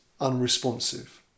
unresponsive